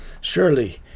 Surely